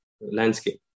landscape